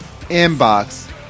inbox